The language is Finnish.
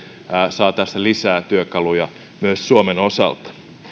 saa tässä lisää työkaluja myös suomen osalta